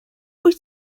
wyt